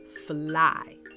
fly